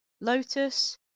Lotus